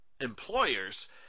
employers